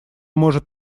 может